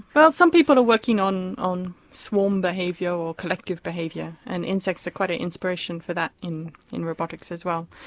well some people are working on on swarm behaviour or collective behaviour and insects are quite an inspiration for that in in robotics as well.